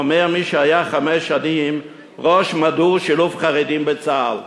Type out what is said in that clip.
ואומר מי שהיה חמש שנים ראש מדור שילוב חרדים בצה"ל,